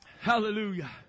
Hallelujah